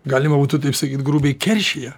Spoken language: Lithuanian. galima būtų taip sakyt grubiai keršija